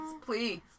please